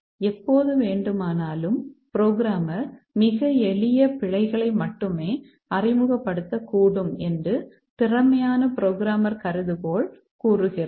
எப்போது வேண்டுமானாலும் புரோகிராமர் மிக எளிய பிழைகளை மட்டுமே அறிமுகப்படுத்தக்கூடும் என்று திறமையான புரோகிராமர் கருதுகோள் கூறுகிறது